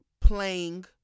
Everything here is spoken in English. playing